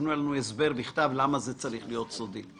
שתתנו לנו הסבר בכתב למה זה צריך להיות סודי.